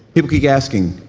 people keep asking,